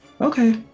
Okay